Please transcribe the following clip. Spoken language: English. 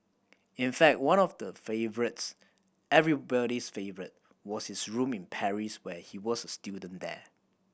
in fact one of the favourites everybody's favourite was his room in Paris when he was a student there